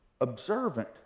observant